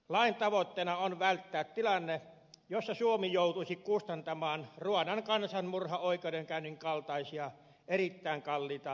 lain tavoitteena on välttää tilanne jossa suomi joutuisi kustantamaan ruandan kansanmurhaoikeudenkäynnin kaltaisia erittäin kalliita oikeuskäsittelyjä